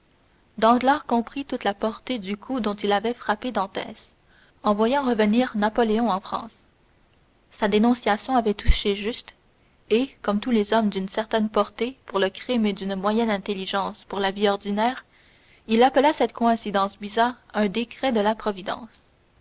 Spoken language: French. dieu danglars comprit toute la portée du coup dont il avait frappé dantès en voyant revenir napoléon en france sa dénonciation avait touché juste et comme tous les hommes d'une certaine portée pour le crime et d'une moyenne intelligence pour la vie ordinaire il appela cette coïncidence bizarre un décret de la providence